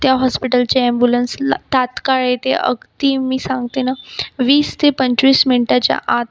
त्या हॉस्पिटलची ॲम्बुलन्सला तात्काळ येते अगदी मी सांगते नं वीस ते पंचवीस मिंटाच्या आत